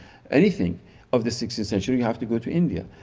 anything of the sixteenth century, you have to go to india.